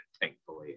thankfully